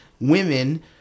women